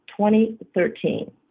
2013